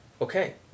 okay